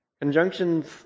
conjunctions